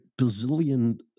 bazillion